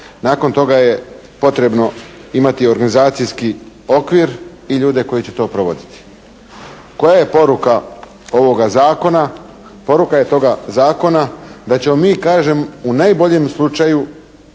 Nakon toga je potrebno imati organizacijski okvir i ljude koji će to provoditi. Koja je poruka ovoga zakona? Poruka je toga zakona da ćemo mi kažem, u najboljem slučaju